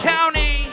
County